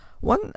one